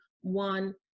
one